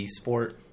eSport